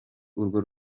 urwo